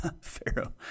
Pharaoh